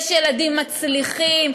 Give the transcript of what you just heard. יש ילדים מצליחים,